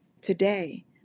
today